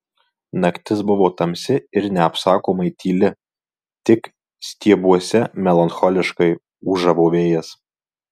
naktis buvo tamsi ir neapsakomai tyli tik stiebuose melancholiškai ūžavo vėjas